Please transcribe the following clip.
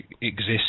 exists